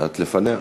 את לפניה.